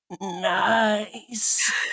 Nice